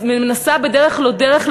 מנסה בדרך לא דרך,